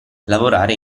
lavorare